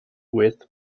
with